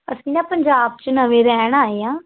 ਅਸੀਂ ਨਾ ਪੰਜਾਬ 'ਚ ਨਵੇਂ ਰਹਿਣ ਆਏ ਹਾਂ